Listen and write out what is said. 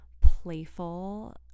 playful